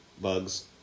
bugs